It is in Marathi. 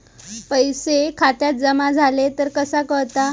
पैसे खात्यात जमा झाले तर कसा कळता?